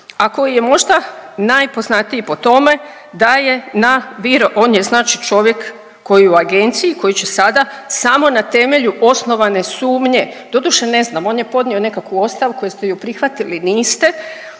a koji je možda najpoznatiji po tome da je na Viro, on je znači čovjek koji je u agenciji, koji će sada samo na temelju osnovane sumnje, doduše ne znam, on je podnio nekakvu ostavku, jeste ju prihvatili, niste,